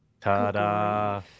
Ta-da